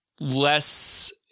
less